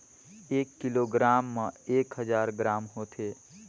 एक किलोग्राम म एक हजार ग्राम होथे